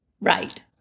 Right